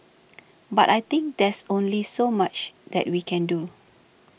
but I think there's only so much that we can do